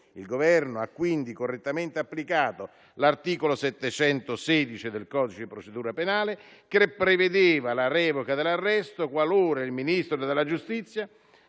Il Governo ha quindi correttamente applicato l'articolo 716 del codice procedura penale, che prevede la revoca dell'arresto qualora il Ministro della giustizia